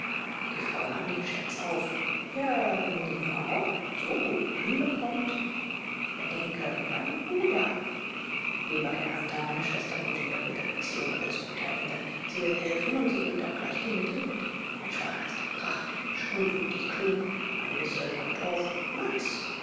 die frau nahm den scherz auf ja wenn die nur auch einen so guten mann bekommt bedenke deinen bruder lieber herr hunter meine schwester kommt in doppelter beziehung als guter engel sie will helfen und sie bringt auch gleich die mittel mit mein schwager ist ein prachtmensch gutmütig klug ein bissel pantof max